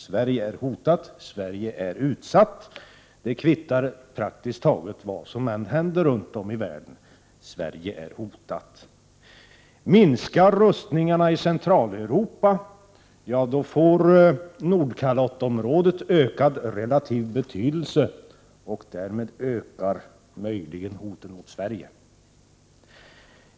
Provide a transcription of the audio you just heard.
Sverige är hotat och utsatt. Det kvittar vad som än händer runt om i världen — Sverige är hotat! Minskar rustningarna i Centraleuropa, får Nordkalotten-området ökad relativ betydelse, och därmed ökar möjligen hoten mot Sverige.